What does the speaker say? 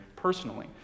personally